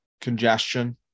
congestion